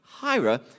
Hira